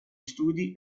studi